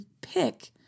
pick